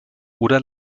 oder